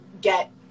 get